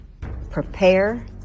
Prepare